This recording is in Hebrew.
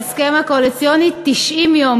בהסכם הקואליציוני, 90 יום.